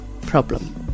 problem